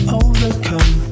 overcome